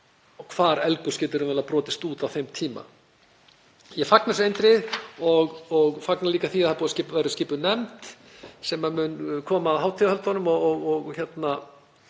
og hvar eldgos getur brotist út á þeim tíma. Ég fagna þessu eindregið og fagna líka því að það verði skipuð nefnd sem mun koma að hátíðahöldum og að